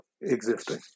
existing